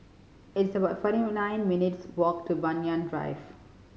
it's about forty nine minutes' walk to Banyan Drive